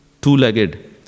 two-legged